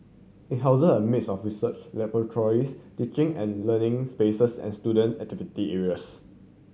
it houses a mix of research laboratories teaching and learning spaces and student activity areas